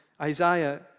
Isaiah